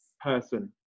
person